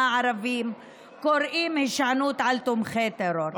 הערבים קוראים הישענות על תומכי טרור.